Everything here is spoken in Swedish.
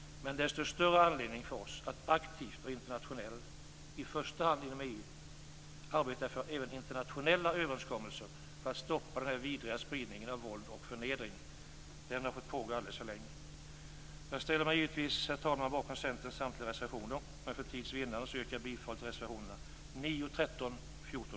Men desto större anledning har vi att aktivt och internationellt, i första hand inom EU, arbeta för även internationella överenskommelser för att stoppa denna vidriga spridning av våld och förnedring. Den har fått pågå alldeles för länge. Jag ställer mig givetvis, herr talman, bakom Centerns samtliga reservationer, men för tids vinnande yrkar jag bifall enbart till reservationerna 9, 13, 14